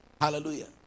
Hallelujah